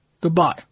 goodbye